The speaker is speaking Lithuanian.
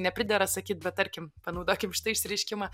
nepridera sakyt bet tarkim panaudokim šitą išsireiškimą